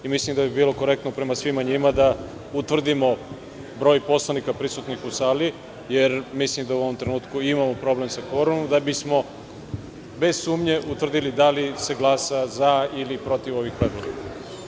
Mislim da bi bilo korektno prema svima njima da utvrdimo broj poslanika prisutnih u sali jer mislim da u ovom trenutku imamo problem sa kvorumom da bismo bez sumnje utvrdili da li se glasa za ili protiv ovih predloga.